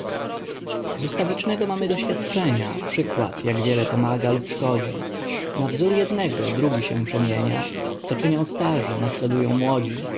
z ustawicznego mamy doświadczenia przykład jak wiele pomaga lub szkodzi na wzór jednego drugi się przemienia co czynią starzy naśladują młodzi